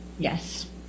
yes